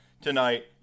tonight